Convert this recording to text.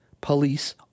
police